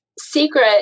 secret